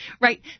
Right